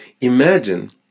Imagine